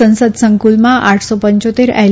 સંસદ સંકુલમાં આઠસો પંચોત્તેર એલ